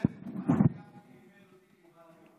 מה שגפני לימד אותי לימדתי אותך.